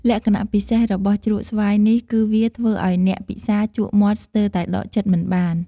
លក្ខណៈពិសេសរបស់ជ្រក់ស្វាយនេះគឺ វាធ្វើឲ្យអ្នកពិសាជក់មាត់ស្ទើរតែដកចិត្តមិនបាន។